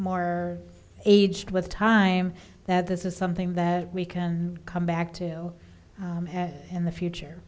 more aged with time that this is something that we can come back to in the future